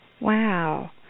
Wow